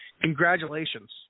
congratulations